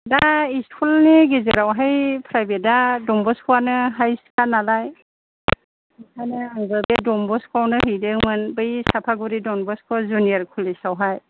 दा इस्कुलनि गेजेरावहाय प्राइभेटआ डनबस्क'आनो हाइसखा नालाय बेखायनो आंबो बे डनबस्कावनो हैदोंमोन बै सापागुरि डनबस्क' जुनिवर कलेजावहाय